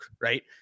right